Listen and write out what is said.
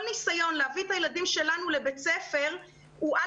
כל ניסיון להביא את הילדים שלנו לבית הספר הוא גם